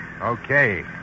Okay